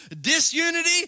Disunity